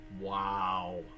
Wow